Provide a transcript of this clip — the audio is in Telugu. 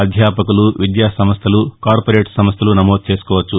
అధ్యాపకులు విద్యా సంస్టలు కార్పొరేట్ సంస్టలు నమోదు చేసుకోవచ్చు